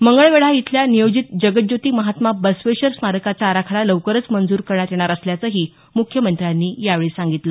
मंगळवेढा इथल्या नियोजित जगद्ज्योती महात्मा बसवेश्वर स्मारकाचा आराखडा लवकरच मंजूर करण्यात येणार असल्याचंही मुख्यमंत्र्यांनी यावेळी सांगितलं